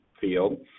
field